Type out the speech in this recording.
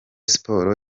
sports